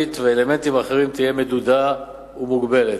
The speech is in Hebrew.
הריבית ואלמנטים אחרים תהיה מדודה ומוגבלת,